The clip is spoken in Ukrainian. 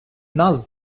нас